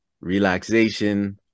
relaxation